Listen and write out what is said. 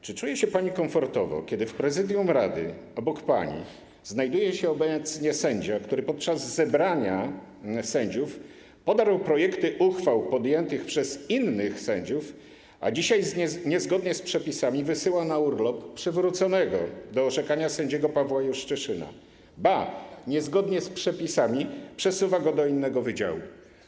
Czy czuje się pani komfortowo, kiedy w prezydium rady, obok pani znajduje się obecnie sędzia, który podczas zebrania sędziów podarł projekty uchwał podjętych przez innych sędziów, a dzisiaj niezgodnie z przepisami wysyła na urlop przywróconego do orzekania sędziego Pawła Juszczyszyna, ba, niezgodnie z przepisami przesuwa go do innego wydziału?